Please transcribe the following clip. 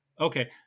okay